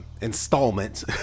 installment